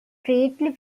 treaty